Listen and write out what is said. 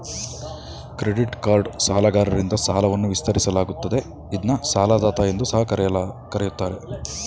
credit card ಸಾಲಗಾರರಿಂದ ಸಾಲವನ್ನ ವಿಸ್ತರಿಸಲಾಗುತ್ತದೆ ಇದ್ನ ಸಾಲದಾತ ಎಂದು ಸಹ ಕರೆಯುತ್ತಾರೆ